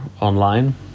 online